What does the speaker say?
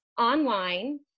online